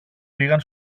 πήγαν